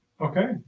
Okay